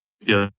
yeah,